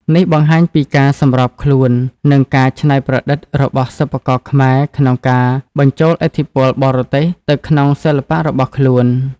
នេះបង្ហាញពីការសម្របខ្លួន និងការច្នៃប្រឌិតរបស់សិប្បករខ្មែរក្នុងការបញ្ចូលឥទ្ធិពលបរទេសទៅក្នុងសិល្បៈរបស់ខ្លួន។